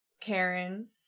Karen